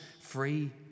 free